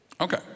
Okay